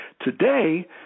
Today